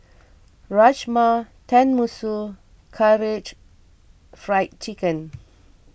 Rajma Tenmusu and Karaage Fried Chicken